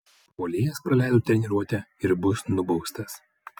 puolėjas praleido treniruotę ir bus nubaustas